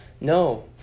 No